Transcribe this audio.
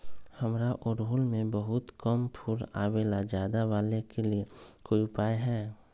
हमारा ओरहुल में बहुत कम फूल आवेला ज्यादा वाले के कोइ उपाय हैं?